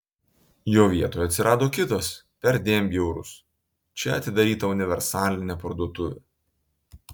jo vietoje atsirado kitas perdėm bjaurus čia atidaryta universalinė parduotuvė